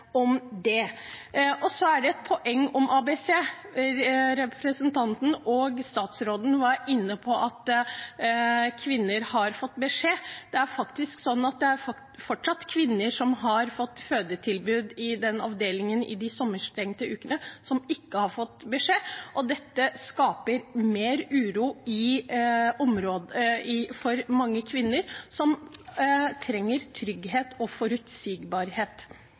det. Et annet poeng om ABC er at representanten og statsråden var inne på at kvinner har fått beskjed. Det er faktisk sånn at det fortsatt er kvinner som har fått fødetilbud i den avdelingen i de sommerstengte ukene, som ikke har fått beskjed, og dette skaper mer uro for mange kvinner som trenger trygghet og forutsigbarhet.